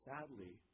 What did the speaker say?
Sadly